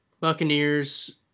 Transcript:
Buccaneers